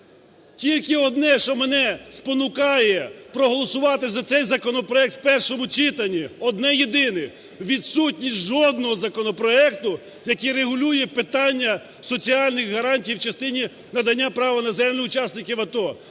Тільки одне, що мене спонукає проголосувати за цей законопроект в першому читанні, одне єдине – відсутність жодного законопроекту, який регулює питання соціальних гарантій в частині надання права на землю учасників АТО.